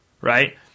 right